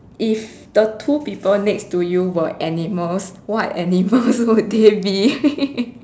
if the two people next to you were animals what animals would they be